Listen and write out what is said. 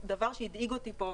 דבר שהדאיג אותי פה,